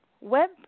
web